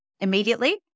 immediately